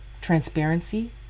transparency